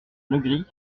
legris